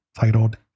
titled